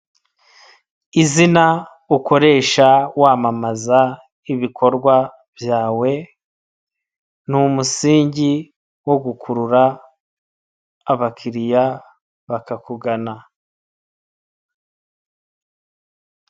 Izina ukoresha wamamaza ibikorwa byawe n'umusingi wo gukurura abakiriya bakakugana.